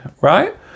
Right